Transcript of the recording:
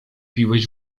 piłeś